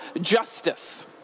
justice